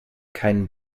keinen